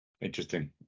interesting